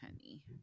honey